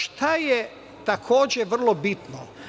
Šta je, takođe, vrlo bitno?